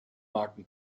marken